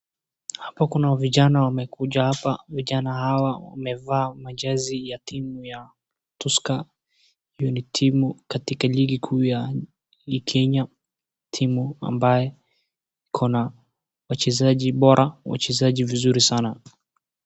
Hapo kuna vijana wamekuja hapa, vijana hawa wamevaa majazi ya timu ya Tusker hio ni timu katika ligi kuu ya hii Kenya timu ambaye ikona wachezaji bora wachezaji vizuri sana.